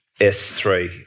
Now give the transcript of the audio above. S3